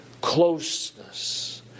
closeness